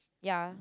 ya